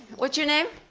what's your name?